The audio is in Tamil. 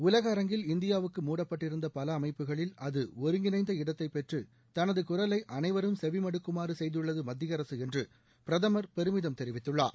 உலக அரங்கில் இந்தியாவுக்கு மூடப்பட்டிருந்த பல அமைப்புகளில் அது ஒருங்கிணைந்த இடத்தைப்பெற்று தனது குரலை அனைவரும் செவி மடுக்குமாறு செய்துள்ளது மத்திய அரசு என்று பிரதமர் பெருமிதம் தெருவித்துள்ளார்